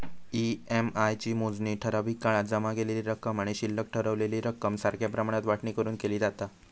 EMI ची मोजणी ठराविक काळात जमा केलेली रक्कम आणि शिल्लक रवलेली रक्कम सारख्या प्रमाणात वाटणी करून केली जाता